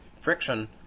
friction